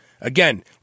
Again